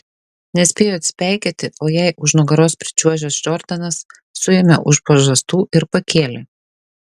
nespėjo atsipeikėti o jai už nugaros pričiuožęs džordanas suėmė už pažastų ir pakėlė